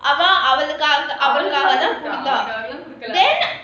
அவ அவளுக்காகதான் கொடுத்தா:ava avalukkaagathaan kodutha